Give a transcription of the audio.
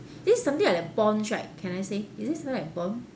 this is something like bonds right can I say is this something like bond